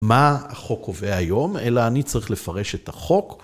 מה החוק קובע היום, אלא אני צריך לפרש את החוק.